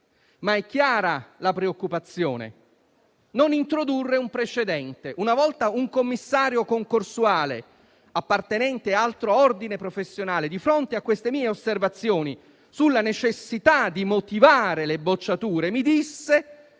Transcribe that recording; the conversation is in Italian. ma è chiara la preoccupazione: non introdurre un precedente. Una volta un commissario concorsuale, appartenente ad altro ordine professionale, di fronte a queste mie osservazioni sulla necessità di motivare le bocciature, mi disse: